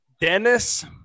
Dennis